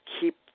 keep